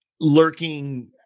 lurking